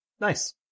Nice